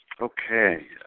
Okay